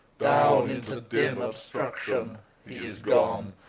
down into dim obstruction he is gone,